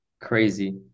Crazy